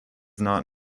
not